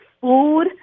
food